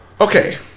okay